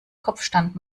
kopfstand